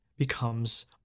becomes